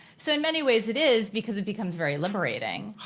so in many ways it is because it becomes very liberating.